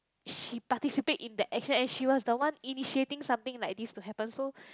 she participate in the action and she was the one initiating something like this to happen so